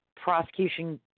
Prosecution